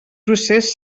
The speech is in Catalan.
procés